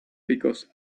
because